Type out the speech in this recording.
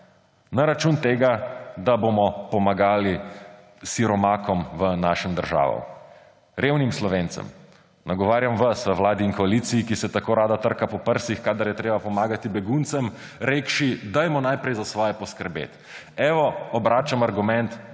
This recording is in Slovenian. na račun tega, da bomo pomagali siromakom v naši državi, revnim Slovencem. Nagovarjam vas v vladi in koaliciji, ki se tako rada trka po prsih, kadar je treba pomagati beguncem, rekši, dajmo najprej za svoje poskrbeti. Evo, obračam argument: dajmo